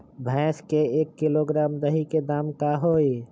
भैस के एक किलोग्राम दही के दाम का होई?